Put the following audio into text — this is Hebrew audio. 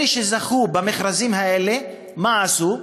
אלה שזכו במכרזים האלה, מה עשו?